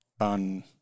On